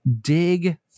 dig